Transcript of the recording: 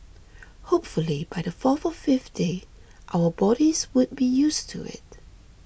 hopefully by the fourth or fifth day our bodies would be used to it